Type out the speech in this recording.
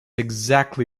exactly